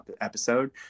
episode